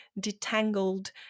detangled